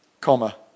comma